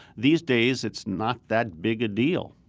these days, it's not that big a deal.